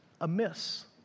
amiss